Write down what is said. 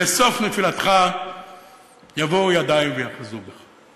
בסוף נפילתך יבואו ידיים ויאחזו בך.